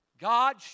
God